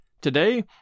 Today